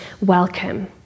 welcome